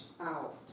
out